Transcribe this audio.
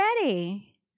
ready